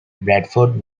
bradford